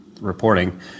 reporting